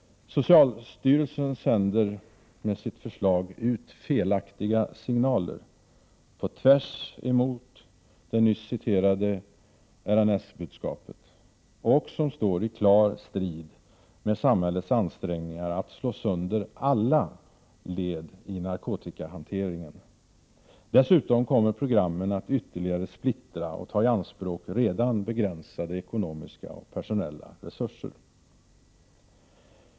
Socialstyrelsen sänder med sitt förslag ut felaktiga signaler, tvärtemot RNS-budskapet, vilka står i klar strid med samhällets ansträngningar att slå sönder alla led i narkotikahanteringen. Dessutom kommer programmen att ytterligare splittra och ta i anspråk redan begränsade ekonomiska och personella resurser.